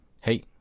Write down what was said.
hey